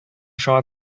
шуңа